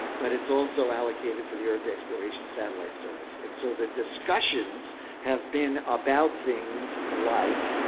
but it's also allocated for the earth exploration satellite service. and so the discussion have been about things like,